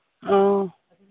ꯑꯧ